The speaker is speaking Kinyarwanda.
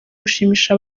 gushimisha